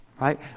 right